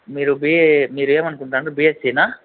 మీరు బీఏ మీరు ఏమనుకుంటున్నారు బీఎస్సీ నా